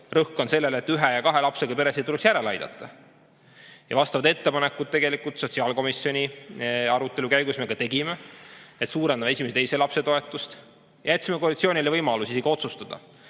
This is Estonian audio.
rõhk on sellel, et ühe ja kahe lapsega peresid tuleks järele aidata. Vastavad ettepanekud sotsiaalkomisjoni arutelu käigus me ka tegime, et suurendada esimese ja teise lapse toetust. Jätsime koalitsioonile võimaluse isegi otsustada,